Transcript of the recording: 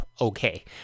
okay